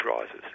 rises